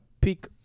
peak –